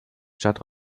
stadt